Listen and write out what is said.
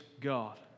God